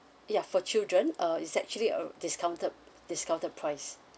ya for children uh it's actually a discounted discounted price